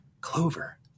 clover